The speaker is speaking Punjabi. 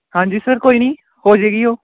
ਹਾਂਜੀ ਸਰ ਕੋਈ ਨਹੀਂ ਹੋ ਜਾਏਗੀ ਉਹ